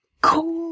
Cool